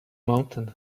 mountain